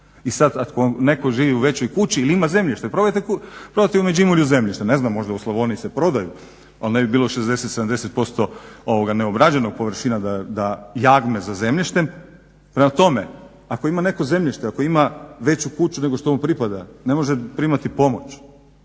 I sad ako netko živi u većoj kući ili ima zemljište, probajte prodati u Međimurju zemljište, ne znam možda u Slavoniji se prodaju, ali ne bi bilo 60-70% neobrađenih površina da … za zemljištem. Prema tome ako netko ima zemljište, ako ima veću kuću nego što mu pripada ne može primati pomoć.